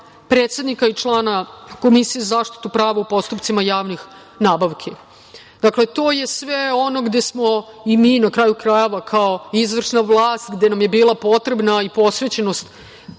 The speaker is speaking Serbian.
predsednika i člana Komisije za zaštitu prava u postupcima javnih nabavki. Dakle, to je sve ono gde smo i mi, na kraju krajeva, kao izvršna vlast, gde nam je bila potrebna i posvećenost